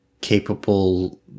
capable